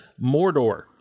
Mordor